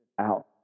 out